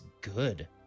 good